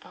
oh